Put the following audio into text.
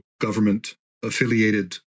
government-affiliated